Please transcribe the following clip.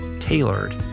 Tailored